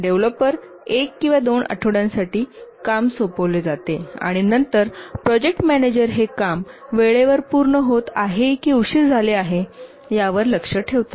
developer 1 किंवा 2 आठवड्यांसाठी काम सोपविले जाते आणि नंतर प्रोजेक्ट मॅनेजर हे काम वेळेवर पूर्ण होत आहे की उशीर झाले आहे यावर लक्ष ठेवतात